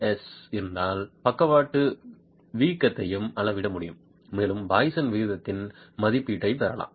S இருந்தால் பக்கவாட்டு வீக்கத்தையும் அளவிட முடியும் மேலும் பாய்சனின் விகிதத்தின் மதிப்பீட்டைப் பெறலாம்